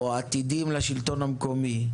או "עתידים" לשלטון המקומי,